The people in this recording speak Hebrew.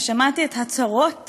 ושמעתי את הצהרות